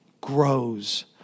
grows